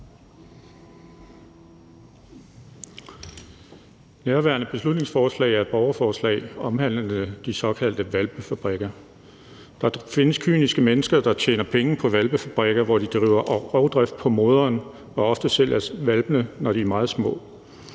Nærværende beslutningsforslag er et borgerforslag omhandlende de såkaldte hvalpefabrikker. Der findes kyniske mennesker, der tjener penge på hvalpefabrikker, hvor de driver rovdrift på moderen og ofte sælger hvalpene, når de er meget små.